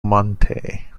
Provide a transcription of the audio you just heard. monte